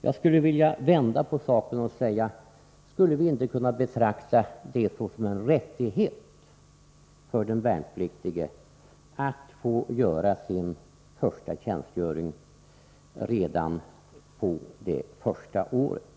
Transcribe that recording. Jag skulle vilja vända på det hela och säga: Skulle man inte kunna betrakta det som en rättighet för den värnpliktige att få göra sin första tjänstgöring redan det första året?